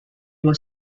was